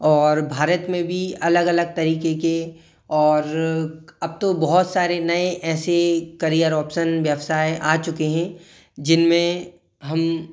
और भारत में भी अलग अलग तरीके के और अब तो बहुत सारे नए ऐसे करियर ऑप्सन व्यवसाय आ चुके हैं जिनमें हम